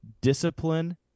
discipline